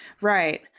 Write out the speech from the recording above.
Right